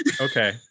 Okay